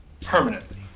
Permanently